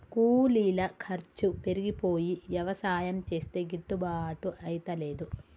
కూలీల ఖర్చు పెరిగిపోయి యవసాయం చేస్తే గిట్టుబాటు అయితలేదు